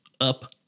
up